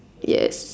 yes